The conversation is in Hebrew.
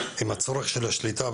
עם הצורך של השליטה,